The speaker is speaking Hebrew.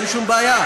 אין שום בעיה.